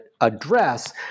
address